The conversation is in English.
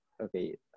Okay